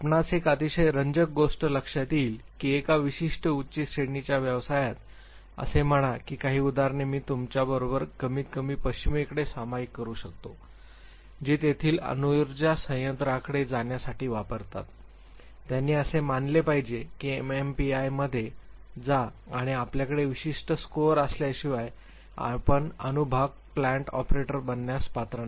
आपणास एक अतिशय रंजक गोष्ट लक्षात येईल की एका विशिष्ट उच्च श्रेणीच्या व्यवसायात असे म्हणा की काही उदाहरणे मी तुमच्याबरोबर कमीतकमी पश्चिमेकडे सामायिक करू शकतो जे तेथील अणु उर्जा संयंत्रांकडे जाण्यासाठी वापरतात त्यांनी असे मानले पाहिजे की एमएमपीआयमध्ये जा आणि आपल्याकडे विशिष्ट स्कोअर असल्याशिवाय आपण अणु भाग प्लांट ऑपरेटर बनण्यास पात्र नाही